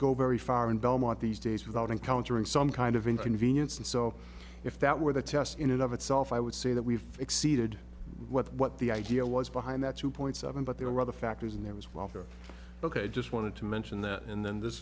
go very far in belmont these days without encountering some kind of inconvenience and so if that were the test in and of itself i would say that we've exceeded what the idea was behind that two point seven but there were other factors and there was welfare ok i just wanted to mention that and then this